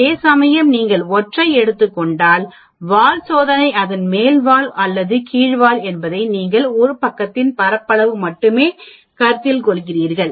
அதேசமயம் நீங்கள் ஒற்றை எடுத்துக்கொண்டால் வால் சோதனை அதன் மேல் வால் அல்லது கீழ் வால் என்பதை நீங்கள் ஒரு பக்கத்தின் பரப்பளவு மட்டுமே கருத்தில் கொள்கிறீர்கள்